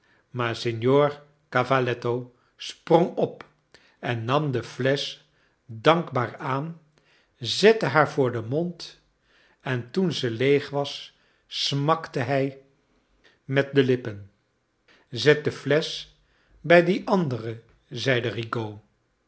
maar signor cavaletto sprong op en nam de flesch dankbaar aan zette naar voor den mond en toen ze leeg was smakte hij met de lippen zet de flesch bij die andere